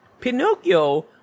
Pinocchio